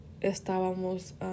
estábamos